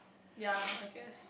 ya I guess